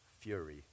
fury